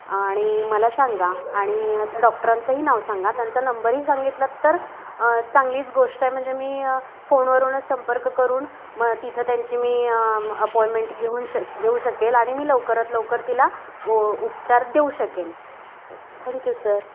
आणि मला सांगा आणि डॉक्टरांचंही नाव सांगा त्यांचा नंबरही सांगितला तर चांगलीच गोष्ट म्हणजे मी फोन वरूनच संपर्क करून मग तिथं त्यांची मी अपॉइमेंट घेऊन श घेऊ शकेल आणि मी लवकरात लवकर तिला उ उपचार देऊ शकेन त थँक्यू सर